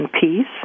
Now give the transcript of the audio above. peace